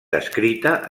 descrita